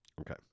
Okay